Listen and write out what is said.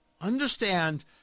understand